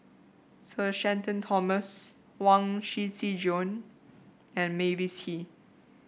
Sir Shenton Thomas Huang Shiqi Joan and Mavis Hee